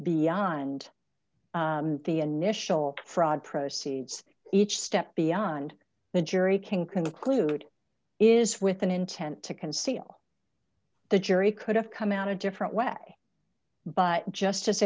beyond the initial fraud proceeds each step beyond the jury can conclude is with an intent to conceal the jury could have come out a different way but just